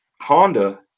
Honda